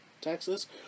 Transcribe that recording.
Texas